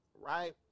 right